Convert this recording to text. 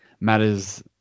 matters